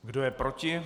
Kdo je proti?